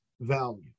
value